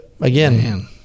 Again